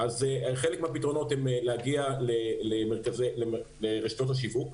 אז חלק מהפתרונות הם להגיע לרשתות השיווק.